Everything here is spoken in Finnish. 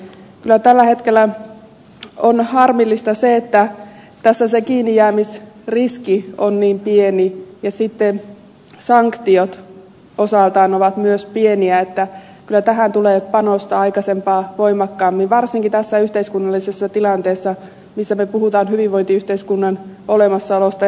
kyllä tällä hetkellä on harmillista se että kiinnijäämisriski on tässä niin pieni ja sanktiot osaltaan ovat myös pieniä joten kyllä tähän tulee panostaa aikaisempaa voimakkaammin varsinkin tässä yhteiskunnallisessa tilanteessa missä puhumme hyvinvointiyhteiskunnan olemassaolosta ja jatkosta